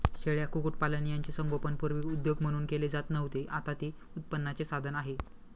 शेळ्या, कुक्कुटपालन यांचे संगोपन पूर्वी उद्योग म्हणून केले जात नव्हते, आता ते उत्पन्नाचे साधन आहे